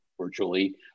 virtually